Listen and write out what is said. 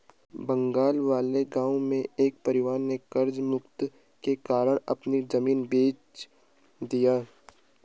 बगल वाले गांव में एक परिवार ने कर्ज मुक्ति के कारण अपना जमीन बेंच दिया